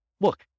look